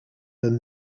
than